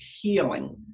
healing